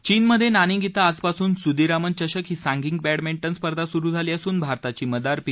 चीनमधे नानींग इथं आजपासून सुदीरामन चषक ही सांघिक बॅडमिंटन स्पर्धा सुरु झाली असून भारताची मदार पी